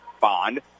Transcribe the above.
Bond